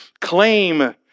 claim